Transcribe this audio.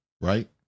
Right